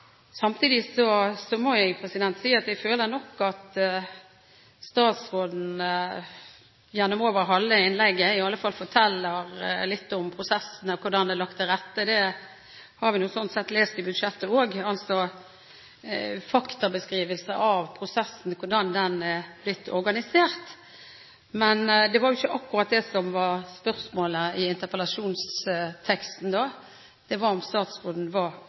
Samtidig føler jeg nok at statsråden gjennom over halve innlegget forteller om prosessene og hvordan de er lagt til rette – det har vi lest i budsjettet også, faktabeskrivelser av prosessen og hvordan den har blitt organisert – men det var ikke akkurat det som var spørsmålet i interpellasjonsteksten. Det var om statsråden var